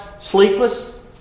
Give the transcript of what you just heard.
Sleepless